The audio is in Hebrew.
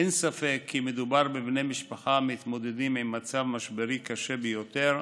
אין ספק כי מדובר בבני משפחה המתמודדים עם מצב משברי קשה ביותר,